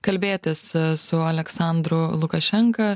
kalbėtis su aleksandru lukašenka